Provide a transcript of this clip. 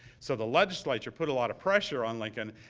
so the legislature put a lot of pressure on lincoln.